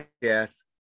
yes